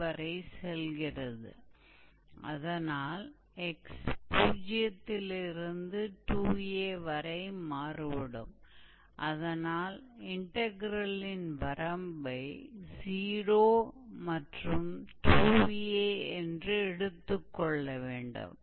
और यहाँ हम शीर्ष से 1 एक्सट्रीमिटी तक माप रहे हैं इसका मतलब है हम मूल रूप से इस आर्क की लंबाई की गणना करेंगे